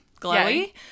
glowy